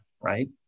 right